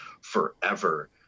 forever